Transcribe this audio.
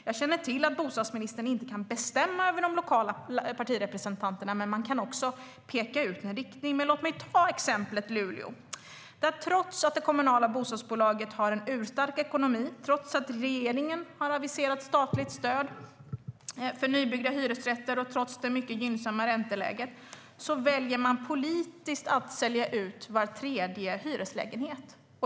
Jag känner till att bostadsministern inte kan bestämma över de lokala partirepresentanterna, men han kan peka ut en riktning. Låt mig ta exemplet Luleå. Trots att det kommunala bostadsbolaget har en urstark ekonomi, trots att regeringen har aviserat statligt stöd för nybyggda hyresrätter och trots det mycket gynnsamma ränteläget väljer politikerna att sälja ut var tredje hyreslägenhet.